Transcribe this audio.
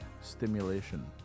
Stimulation